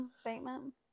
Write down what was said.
statement